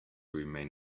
remain